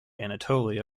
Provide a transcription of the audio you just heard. anatolia